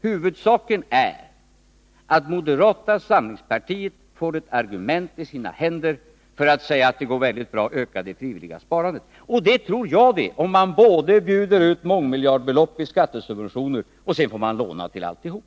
Huvudsaken är att moderata samlingspartiet får ett argument för att säga att det går väldigt bra att öka det frivilliga sparandet. Och det tror jag det, om man först bjuder ut mångmiljardbelopp i skattesubventioner och sedan låter människorna låna till alltihop.